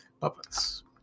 puppets